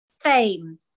fame